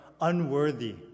unworthy